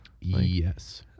Yes